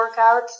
workouts